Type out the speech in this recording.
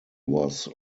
was